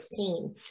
2016